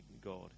God